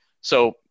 So-